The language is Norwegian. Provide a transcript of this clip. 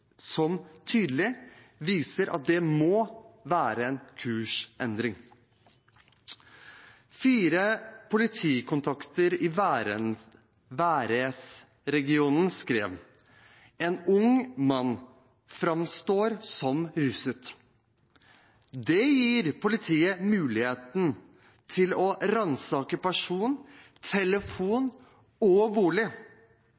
tydelig viser at det må være en kursendring: Fire politikontakter i Værnes-regionen skrev: « en ung mann framstår som ruset. Det gir politiet muligheten til å ransake person, telefon